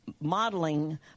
modeling